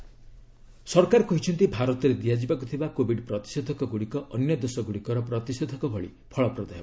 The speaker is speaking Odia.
ଗଭ୍ କୋବିଡ ଭ୍ୟାକ୍ଟିନ ସରକାର କହିଛନ୍ତି ଭାରତରେ ଦିଆଯିବାକୁ ଥିବା କୋବିଡ୍ ପ୍ରତିଷେଧକ ଗୁଡ଼ିକ ଅନ୍ୟ ଦେଶ ଗୁଡ଼ିକର ପ୍ରତିଷେଧକ ଭଳି ଫଳପ୍ରଦ ହେବ